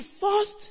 first